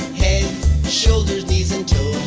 head shoulders knees and toes,